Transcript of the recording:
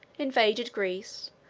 invaded greece,